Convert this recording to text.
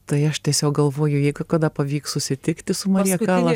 tai aš tiesiog galvoju jeigu kada pavyks susitikti su marija kalas